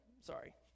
Sorry